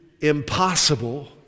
impossible